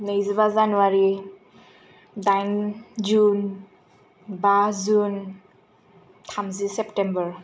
नैजिबा जानुवारि दाइन जुन बा जुन थामजि सेप्टेम्बर